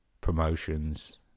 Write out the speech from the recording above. promotions